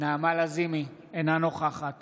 אינה נוכחת